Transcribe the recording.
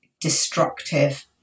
destructive